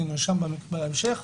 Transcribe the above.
נאשם בהמשך,